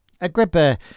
Agrippa